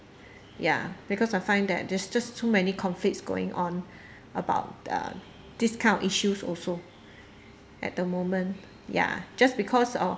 ya because I find that there's just too many conflicts going on about this kind issues also at the moment ya just because